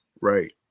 Right